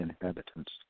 inhabitants